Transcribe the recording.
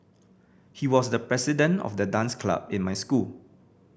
he was the president of the dance club in my school